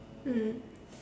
mm